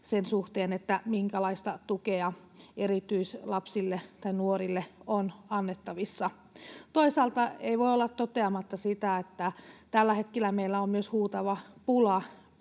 sen suhteen, minkälaista tukea erityislapsille tai nuorille on annettavissa. Toisaalta ei voi olla toteamatta sitä, että tällä hetkellä meillä on myös huutava pula